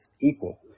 equal